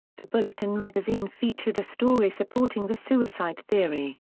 the bulletin magazine featured a story supporting the suicide theory.